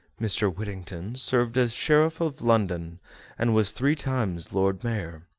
mr. whittington served as sheriff of london and was three times lord mayor.